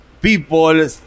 People